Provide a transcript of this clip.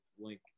link